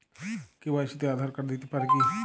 KYC তে Aadhaar card দিতে পারি কি?